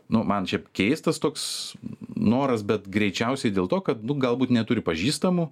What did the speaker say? nu man šiaip keistas toks noras bet greičiausiai dėl to kad nu galbūt neturi pažįstamų